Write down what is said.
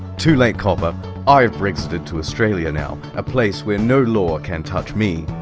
too late, copper. i've brexited to australia, now. a place where no law can touch me!